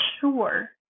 sure